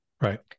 right